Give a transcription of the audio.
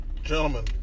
Gentlemen